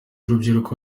urubyiruko